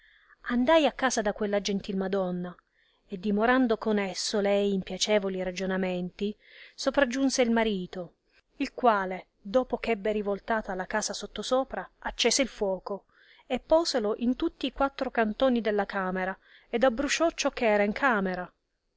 andai a casa da quella gentil madonna e dimorando con esso lei in piacevoli ragionamenti sopragiunse il suo marito il quale dopo ch'ebbe rivoltata la casa sottosopra accese il fuoco e poselo in tutti i quattro cantoni della camera ed abbrusciò ciò che era in camera